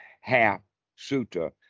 half-sutta